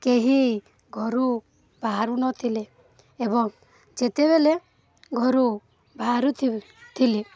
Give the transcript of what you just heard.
କେହି ଘରୁ ବାହାରୁ ନଥିଲେ ଏବଂ ଯେତେବେଳେ ଘରୁ ବାହାରୁ ଥିଲେ